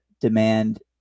demand